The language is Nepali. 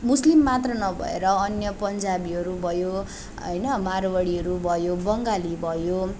मुस्लिम मात्र नभएर अन्य पन्जाबीहरू भयो होइन मारवाडीहरू भयो बङ्गाली भयो